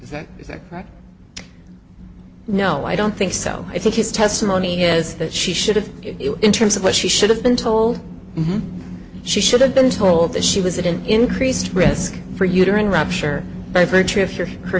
is that right no i don't think so i think his testimony is that she should have it in terms of what she should have been told she should have been told that she was at an increased risk for uterine rupture by